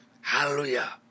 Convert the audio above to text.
hallelujah